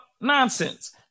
Nonsense